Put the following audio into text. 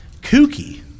kooky